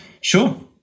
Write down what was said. Sure